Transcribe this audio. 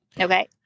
Okay